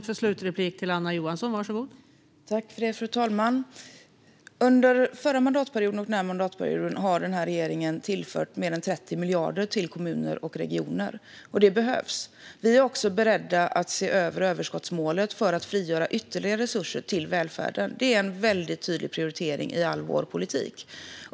Fru talman! Under den förra mandatperioden och den här mandatperioden har regeringen tillfört mer än 30 miljarder till kommuner och regioner. Det behövs. Vi är också beredda att se över överskottsmålet för att frigöra ytterligare resurser till välfärden. Det är en väldigt tydlig prioritering i all vår politik.